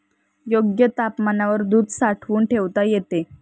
योग्य तापमानावर दूध साठवून ठेवता येते